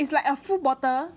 is like a full bottle